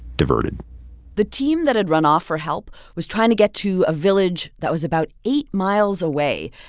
diverted the team that had run off for help was trying to get to a village that was about eight miles away.